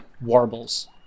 warbles